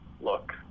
look